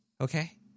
Okay